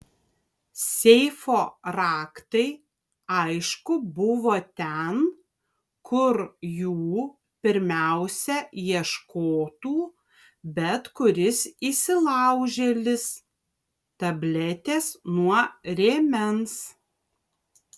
seifo raktai aišku buvo ten kur jų pirmiausia ieškotų bet kuris įsilaužėlis tabletės nuo rėmens